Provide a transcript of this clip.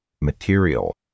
material